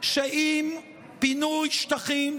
שאם פינוי שטחים,